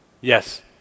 Yes